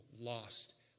lost